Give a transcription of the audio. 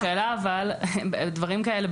דברים כאלה,